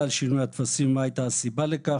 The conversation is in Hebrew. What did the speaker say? על שינוי הטפסים ומה הייתה הסיבה לכך,